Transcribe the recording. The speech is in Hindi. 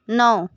नौ